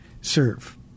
serve